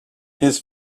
his